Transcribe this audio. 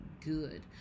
good